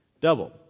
double